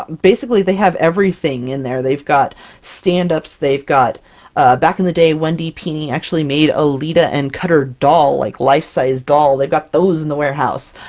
basically, they have everything in there. they've got stand-ups, they've got back in the day, wendy pini actually made a leetah and cutter doll, like life-sized doll, they've got those in the warehouse.